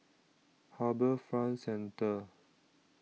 HarbourFront Centre